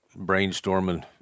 brainstorming